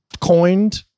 coined